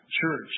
church